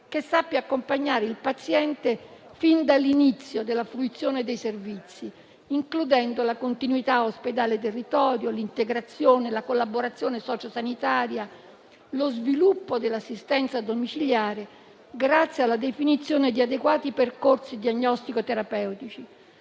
che sappia accompagnare il paziente fin dall'inizio della fruizione dei servizi, includendo la continuità ospedale-territorio, l'integrazione, la collaborazione sociosanitaria, lo sviluppo dell'assistenza domiciliare, grazie alla definizione di adeguati percorsi diagnostico-terapeutici.